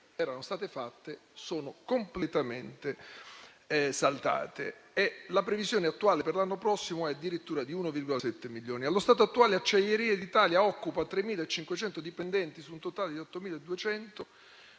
erano state fatte sono completamente saltate e la previsione attuale per l'anno prossimo è addirittura di 1,7 milioni. Allo stato attuale, Acciaierie d'Italia occupa 3.500 dipendenti su un totale di 8.200,